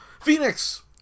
Phoenix